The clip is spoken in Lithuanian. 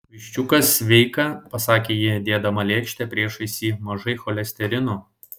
viščiukas sveika pasakė ji dėdama lėkštę priešais jį mažai cholesterino